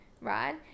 right